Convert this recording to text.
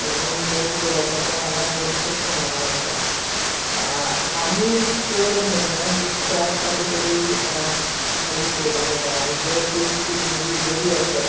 ताका लागून लोक जो आसा तो हांगा भरपूर प्रमाणांत वतात आमी तर म्हयन्याक एक चार फावटी तरी मुवी पळोवपाक वतात जर तर ती मुवी बरी आसत